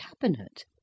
cabinet